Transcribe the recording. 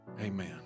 Amen